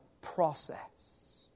process